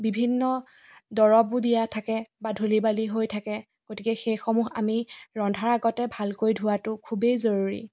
বিভিন্ন দৰবো দিয়া থাকে বা ধূলি বালি হৈ থাকে গতিকে সেইসমূহ আমি ৰন্ধাৰ আগতে ভালকৈ ধুৱাটো খুবেই জৰুৰী